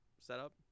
setup